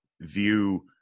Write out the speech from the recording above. view